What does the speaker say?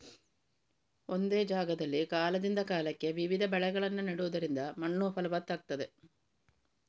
ಒಂದೇ ಜಾಗದಲ್ಲಿ ಕಾಲದಿಂದ ಕಾಲಕ್ಕೆ ವಿವಿಧ ಬೆಳೆಗಳನ್ನ ನೆಡುದರಿಂದ ಮಣ್ಣು ಫಲವತ್ತಾಗ್ತದೆ